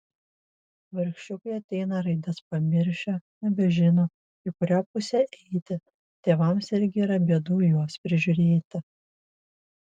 vargšiukai ateina raides pamiršę nebežino į kurią pusę eiti tėvams irgi yra bėdų juos prižiūrėti